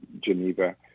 Geneva